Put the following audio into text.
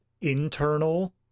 internal